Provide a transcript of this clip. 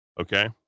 okay